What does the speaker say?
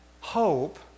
hope